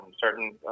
certain